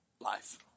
life